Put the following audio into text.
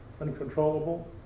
uncontrollable